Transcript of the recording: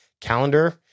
Calendar